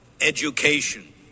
education